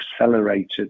accelerated